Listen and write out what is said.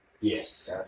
yes